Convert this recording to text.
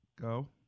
Go